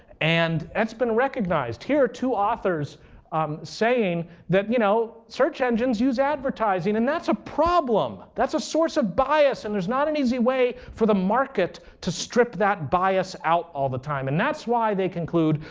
and that's been recognized. here are two authors um saying that you know search engines use advertising and that's a problem. that's a source of bias, and there's not an easy way for the market to strip that bias out all the time. and that's why they conclude,